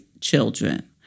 children